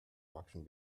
auction